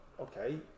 okay